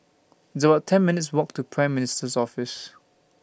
It's about ten minutes' Walk to Prime Minister's Office